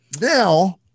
Now